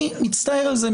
אני מצטער על זה,